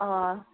ꯑꯥ